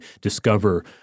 discover